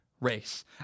race